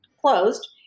closed